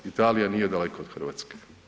Italija nije daleko od RH.